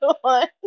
one